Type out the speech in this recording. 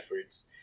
efforts